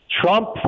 Trump